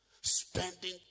Spending